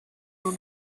nur